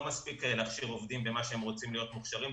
לא מספיק להכשיר עובדים במה שהם רוצים להיות מוכשרים,